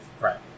Right